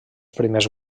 primers